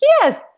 yes